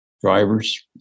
drivers